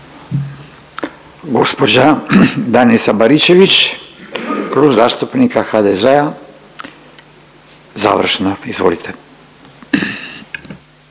Gospođa Danica Baričević, Klub zastupnika HDZ-a završno. Izvolite.